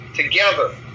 Together